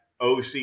OC